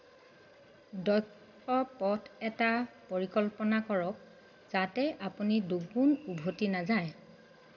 দক্ষ পথ এটা পৰিকল্পনা কৰক যাতে আপুনি দুগুণ উভতি নাযায়